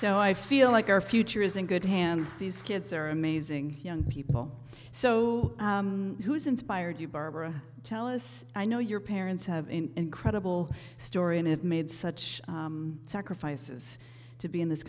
so i feel like our future is in good hands these kids are amazing young people so who's inspired you barbara tell us i know your parents have an incredible story and have made such sacrifices to be in this